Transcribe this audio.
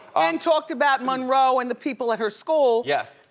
and talked about monroe and the people at her school. yes,